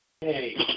hey